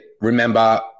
Remember